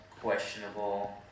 questionable